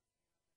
אמריקה.